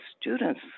students